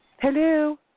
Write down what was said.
Hello